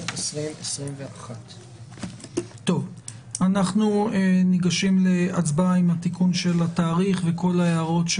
2021)". 6.תיקון התוספת בתוספת לתקנות העיקריות,